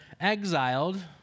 exiled